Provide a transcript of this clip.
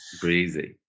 breezy